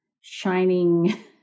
shining